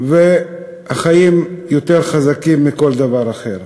והחיים יותר חזקים מכל דבר אחר.